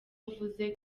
avuze